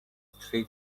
three